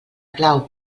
clau